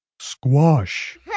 Squash